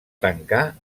tancar